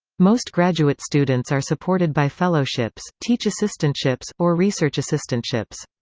most graduate students are supported by fellowships, teach assistantships, or research assistantships.